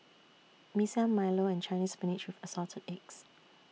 Mee Siam Milo and Chinese Spinach with Assorted Eggs